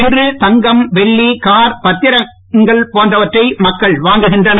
இன்று தங்கம் வெள்ளி கார் பாத்திரங்கள் போன்றவற்றை மக்கள் வாங்குகின்றனர்